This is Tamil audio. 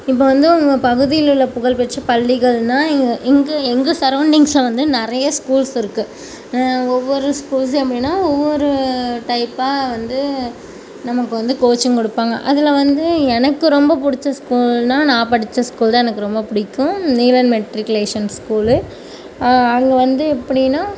இப்போ வந்து உங்கள் பகுதியில் உள்ள புகழ்பெற்ற பள்ளிகள்னா இங்கு எங்கள் சரௌன்டிங்ஸில் வந்து நிறைய ஸ்கூல்ஸ் இருக்குது ஒவ்வொரு ஸ்கூல்ஸ் அப்படினா ஒவ்வொரு டைப்பாக வந்து நமக்கு வந்து கோச்சிங் கொடுப்பாங்க அதில் வந்து எனக்கு வந்து ரொம்பப் பிடிச்ச ஸ்கூல்னா நான் படித்த ஸ்கூல் தான் எனக்கு ரொம்பப் பிடிக்கும் நீலன் மெட்ரிக்குலேசன் ஸ்கூலு அங்கே வந்து எப்படினா